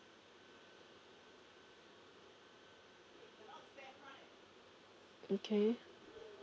okay